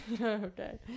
okay